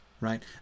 right